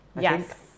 Yes